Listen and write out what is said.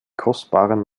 kostbaren